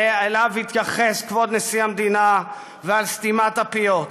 שאליו התייחס כבוד נשיא המדינה, ועל סתימת פיות.